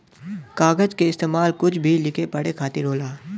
कागज के इस्तेमाल कुछ भी लिखे पढ़े खातिर होला